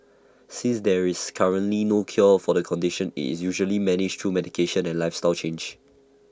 since there is currently no cure for the condition IT is usually managed through medication and lifestyle changes